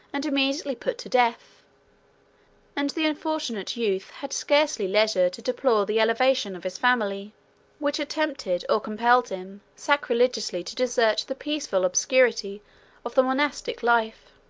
and immediately put to death and the unfortunate youth had scarcely leisure to deplore the elevation of his family which had tempted, or compelled him, sacrilegiously to desert the peaceful obscurity of the monastic life.